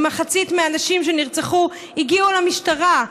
מחצית מהנשים שנרצחו הגיעו למשטרה,